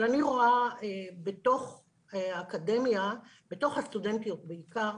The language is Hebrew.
אבל אני רואה בתוך האקדמיה ובתוך הסטודנטיות בעיקר,